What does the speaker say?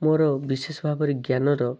ମୋର ବିଶେଷ ଭାବରେ ଜ୍ଞାନର